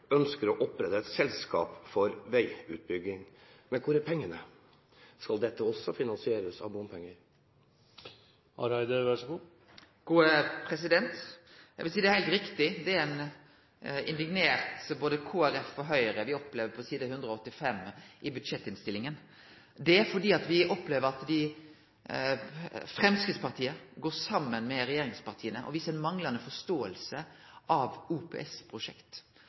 ønsker å opprette et selskap for veiutbygging. Men hvor er pengene? Skal dette også finansieres av bompenger? Eg vil seie det er heilt riktig – det er eit indignert både Kristeleg Folkeparti og Høgre me opplever på side 92 i budsjettinnstillinga. Det er fordi me opplever at Framstegspartiet går saman med regjeringspartia og viser ei manglande forståing av OPS-prosjekt. Ein